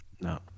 No